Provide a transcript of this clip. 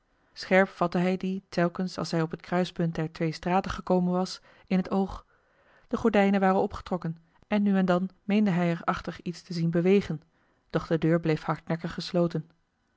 scherp vatte hij die telkens als hij op het kruispunt der twee straten gekomen was in het oog de gordijnen waren opgetrokken en nu en dan meende hij er achter iets te zien bewegen doch de deur bleef hardnekkig gesloten